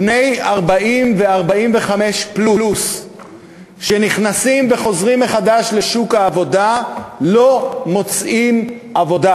בני 40 ו-45 פלוס שנכנסים ושחוזרים מחדש לשוק העבודה לא מוצאים עבודה,